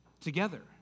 together